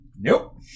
Nope